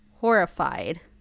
horrified